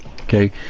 Okay